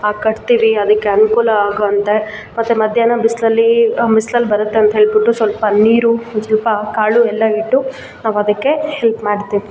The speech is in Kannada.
ಕಟ್ತೀವಿ ಅದಕ್ಕೆ ಅನುಕೂಲ ಆಗುವಂತೆ ಮತ್ತು ಮಧ್ಯಾಹ್ನ ಬಿಸಿಲಲ್ಲಿ ಬಿಸ್ಲಲ್ಲಿ ಬರತ್ತೆ ಅಂತ್ಹೇಳ್ಬಿಟ್ಟು ಸ್ವಲ್ಪ ನೀರು ಒಂದು ಸ್ವಲ್ಪ ಕಾಳು ಎಲ್ಲ ಇಟ್ಟು ನಾವು ಅದಕ್ಕೆ ಹೆಲ್ಪ್ ಮಾಡ್ತಿವಿ